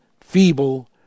feeble